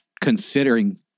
considering